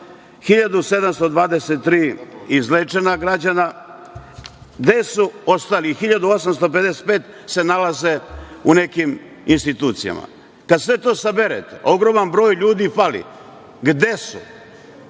1.723 izlečena građana. Gde su ostali? Njih 1.855 se nalaze u nekim institucijama. Kad se sve to sabere, ogroman broj ljudi fali. Gde su?